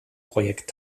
projekt